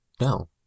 no